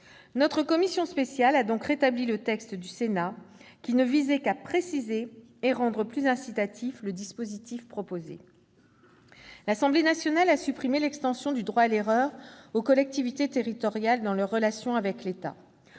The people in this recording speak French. Notre commission spéciale a donc rétabli le texte du Sénat, qui ne visait qu'à préciser et à rendre plus incitatif le dispositif proposé. L'Assemblée nationale a supprimé l'extension du droit à l'erreur aux collectivités territoriales dans leurs relations avec l'État.